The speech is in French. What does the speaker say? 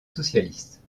socialiste